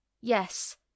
Yes